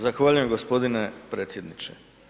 Zahvaljujem gospodine predsjedniče.